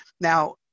Now